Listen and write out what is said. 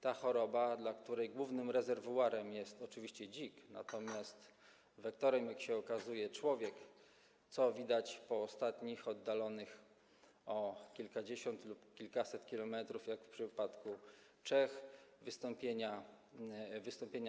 To choroba, dla której głównym rezerwuarem są oczywiście dziki, a wektorem, jak się okazuje, człowiek, co widać po ostatnich, oddalonych o kilkadziesiąt lub kilkaset kilometrów, jak w przypadku Czech, miejscach jej wystąpienia.